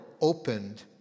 opened